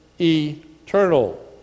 eternal